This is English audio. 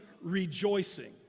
rejoicing